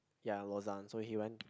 ya Lozan so he went